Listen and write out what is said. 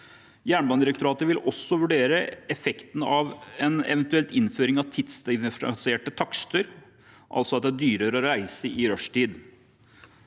Jernbanedirektoratet vil også vurdere effekten av en eventuell innføring av tidsdifferensierte takster, altså at det er dyrere å reise i rushtiden.